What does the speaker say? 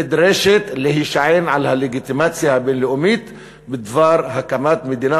נדרשת להישען על הלגיטימציה הבין-לאומית בדבר הקמת מדינה